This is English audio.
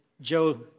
Joe